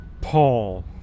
Paul